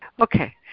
okay